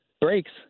breaks